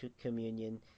communion